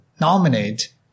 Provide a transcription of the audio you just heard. nominate